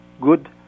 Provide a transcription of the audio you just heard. good